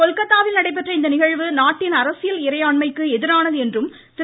கொல்கத்தாவில் நடைபெற்ற இந்நிகழ்வு நாட்டின் அரசியல் இறையாண்மைக்கு எதிரானது என்றும் திரு